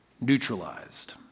neutralized